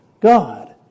God